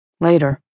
Later